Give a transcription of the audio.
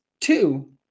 Two